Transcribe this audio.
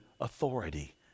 authority